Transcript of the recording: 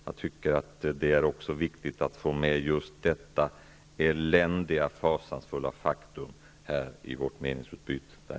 Jag tycker det är viktigt att få med just detta eländiga, fasansfulla faktum i vårt meningsutbyte här.